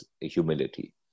humility